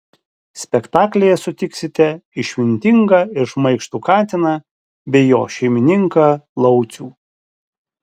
spektaklyje sutiksite išmintingą ir šmaikštų katiną bei jo šeimininką laucių